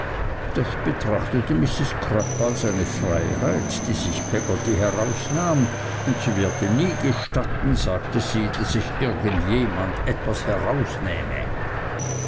das betrachtete mrs crupp als eine freiheit die sich peggotty herausnahm und sie werde nie gestatten sagte sie daß sich irgend jemand etwas herausnähme